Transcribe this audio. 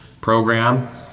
program